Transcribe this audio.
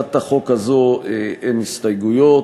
להצעת החוק הזאת אין הסתייגויות.